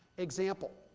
example,